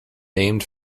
named